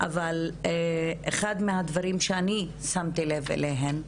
אבל אחד מהדברים שאני שמתי לב אליהן,